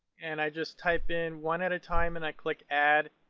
and i just type in one at a time and i click add.